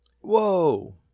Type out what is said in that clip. Whoa